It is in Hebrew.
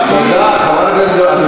חברת הכנסת גלאון,